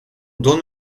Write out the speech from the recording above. donne